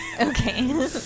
Okay